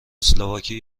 اسلواکی